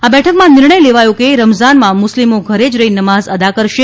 આ બેઠકમાં નિર્ણય લેવાયો હતો કે રમઝાનમાં મુસ્લિમો ઘરે જ રહી નમાઝ અદા કરશે